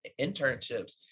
internships